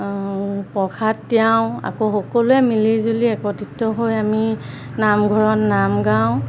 প্ৰসাদ তিয়াওঁ আকৌ সকলোৱে মিলি জুলি একত্ৰিত হৈ আমি নামঘৰত নাম গাওঁ